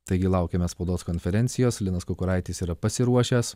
taigi laukiame spaudos konferencijos linas kukuraitis yra pasiruošęs